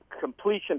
completion